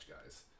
guys